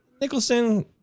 Nicholson